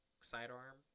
sidearm